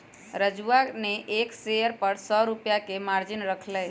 राजूवा ने एक शेयर पर सौ रुपया के मार्जिन रख लय